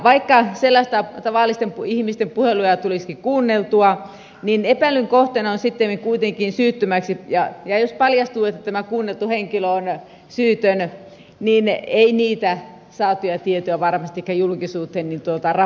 vaikka sellaisten tavallisten ihmisten puheluja tulisikin kuunneltua niin epäilyn kohteena sitten kuitenkin syyttömäksi ja jos paljastuu että tämä kuunneltu henkilö on syytön ei niitä saatuja tietoja varmastikaan julkisuuteen raportoida